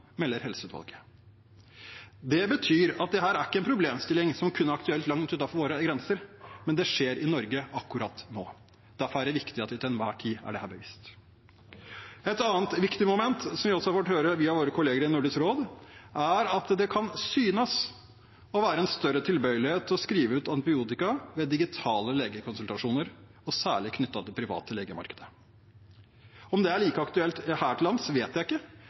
melder Helseutvalget. Det betyr at dette er ikke en problemstilling som kun er aktuell langt utenfor våre grenser, men det skjer i Norge akkurat nå. Derfor er det viktig at vi til enhver tid er dette bevisst. Et annet viktig moment, som vi også har fått høre via våre kolleger i Nordisk råd, er at det kan synes å være en større tilbøyelighet til å skrive ut antibiotika ved digitale legekonsultasjoner, og særlig knyttet til det private legemarkedet. Om det er like aktuelt her til lands, vet jeg ikke,